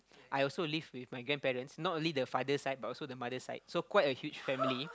I also live with my grandparents not only the father side but also the mother side so quite a huge family